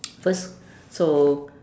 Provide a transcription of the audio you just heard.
first so